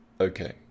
Okay